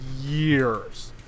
years